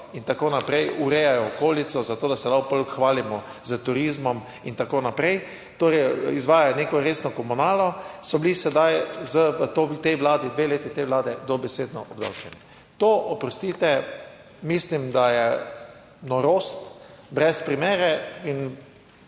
in tako naprej, urejajo okolico, zato da se lahko hvalimo s turizmom in tako naprej. Torej, izvajajo neko resno komunalo, so bili sedaj v tej vladi dve leti te vlade dobesedno obdavčeni. To, oprostite, mislim, da je norost brez primere in